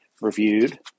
reviewed